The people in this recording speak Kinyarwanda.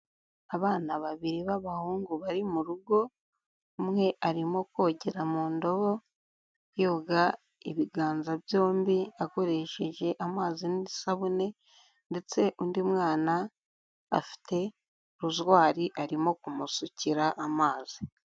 Abana babiri b'abahungu bari mu rugo, umwe arimo kogera mu ndobo yoga ibiganza byombi akoresheje amazi n'isabune ndetse undi mwana afite rozwari arimo kumusukira amazi.